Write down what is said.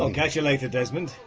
um catch you later, desmond!